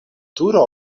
turo